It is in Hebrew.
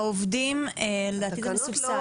לדעתי זה מסובסד.